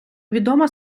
відома